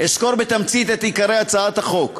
אסקור בתמצית את עיקרי הצעת החוק: